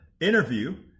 interview